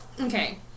Okay